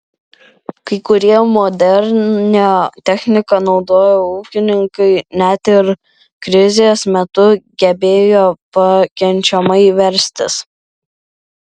kai kurie modernią techniką naudoję ūkininkai net ir krizės metu gebėjo pakenčiamai verstis